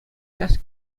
часах